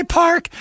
park